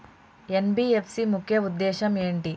NBFC ముఖ్య ఉద్దేశం ఏంటి?